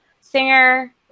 singer